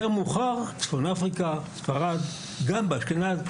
יותר מאוחר צפון אפריקה; ספרד; גם באשכנז,